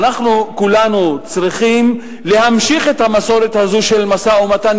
אנחנו כולנו צריכים להמשיך את המסורת הזו של משא-ומתן,